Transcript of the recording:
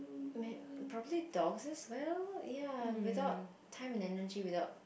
probably dogs as well ya without time and energy without